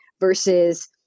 versus